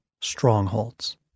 Strongholds